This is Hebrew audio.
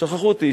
שכחו אותי.